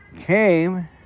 came